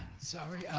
sorry,